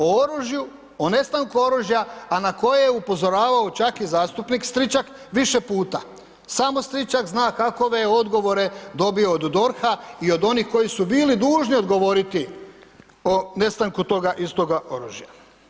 O oružju, o nestanku oružja, a na koje je upozoravao čak i zastupnik Stričak više pita, samo Stričak zna kakove je odgovore dobio od DORH-a i od onih koji su bili dužni odgovoriti o nestanku toga istoga oružja.